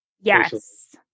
Yes